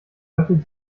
löffelt